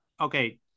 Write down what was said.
okay